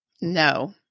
No